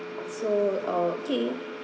so uh okay